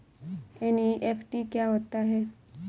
NEFT क्या होता है?